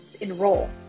enroll